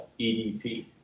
EDP